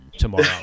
tomorrow